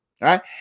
Right